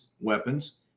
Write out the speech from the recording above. weapons